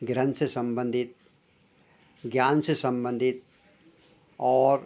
ग्रंथ से संबंधित ज्ञान से संबंधित और